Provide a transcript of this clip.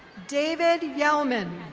david yellman.